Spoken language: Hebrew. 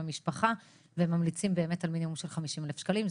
למשפחה והם ממליצים על מינימום של 50,000 שקלים.